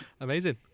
amazing